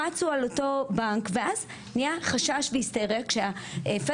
רצו על אותו בנק ואז נהיה חשש והיסטריה שה-federal